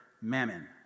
mammon